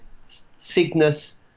Cygnus